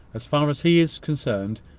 as far as he is concerned.